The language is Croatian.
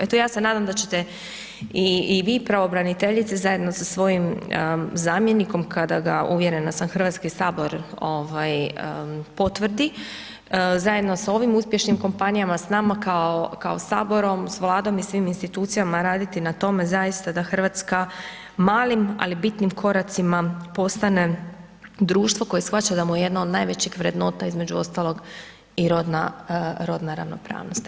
Evo ja se nadam da ćete i vi pravobraniteljice zajedno sa svojim zamjenikom kada ga uvjerena sam Hrvatski sabor potvrdi zajedno sa ovim uspješnim kompanijama, s nama kao Saborom, s Vladom i svim institucijama raditi na tome zaista da Hrvatska malim ali bitnim koracima postane društvo koje shvaća da mu je jedno od najvećih vrednota između ostaloga i rodna ravnopravnost.